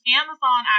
amazon